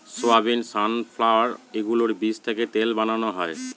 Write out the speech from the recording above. soybean, sunflower এগুলোর বীজ থেকে তেল বানানো হয়